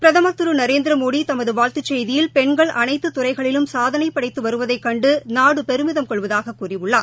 பிரதமர் திருநரேந்திரமோடிதமதுவாழ்த்துச் செய்தியில் பெண்கள் அனைத்துத் துறைகளிலும் சாதனைபடைத்துவருவதைகண்டுநாடுபெருமிதம் கொள்வதாககூறியுள்ளார்